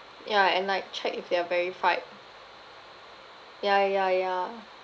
ya and like check if they are verified ya ya ya